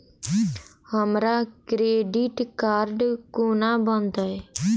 हमरा credit card कोना बनतै?